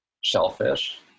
shellfish